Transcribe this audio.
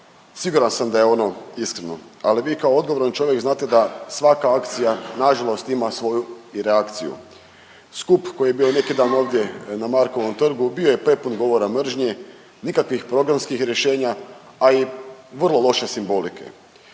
siguran sam da je ono iskreno. Ali vi kao odgovoran čovjek znate da svaka akcija, na žalost ima svoju i reakciju. Skup koji je bio neki dan ovdje na Markovom trgu bio je prepun govora mržnje, nikakvih programskih rješenja, a i vrlo loše simbolike.